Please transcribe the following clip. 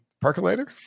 percolator